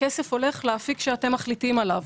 הכסף הולך לאפיק שאתם מחליטים עליו.